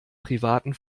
privaten